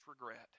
regret